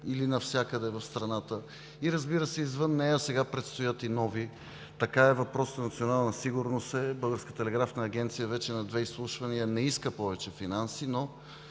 или навсякъде в страната и, разбира се, извън нея, сега предстоят и нови. Така е – въпрос на национална сигурност. Българската телеграфна агенция вече на две изслушвания не иска повече финанси. Но